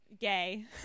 gay